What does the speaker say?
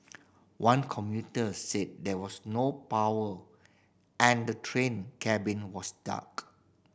one commuter said there was no power and the train cabin was dark